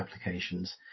applications